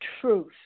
truth